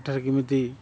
ଏଠାରେ କେମିତି